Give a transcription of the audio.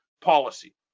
policy